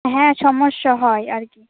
হ্যাঁ সমস্যা হয় আর কি